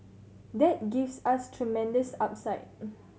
that gives us tremendous upside